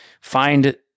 find